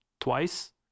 Twice